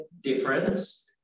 difference